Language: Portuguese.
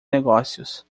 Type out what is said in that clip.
negócios